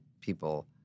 people